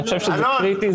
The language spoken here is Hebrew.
אני חושב שזה קריטי,